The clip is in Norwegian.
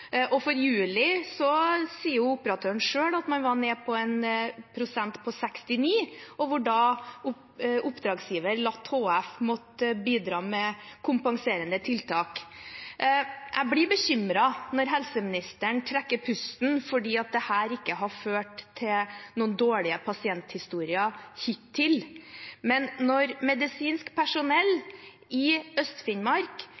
90-tallet. For juli sier operatøren selv at man var nede på 69 pst., hvor oppdragsgiver har måttet la HF bidra med kompenserende tiltak. Jeg blir bekymret når helseministeren trekker pusten fordi dette ikke har ført til noen dårlige pasienthistorier – hittil. Men medisinsk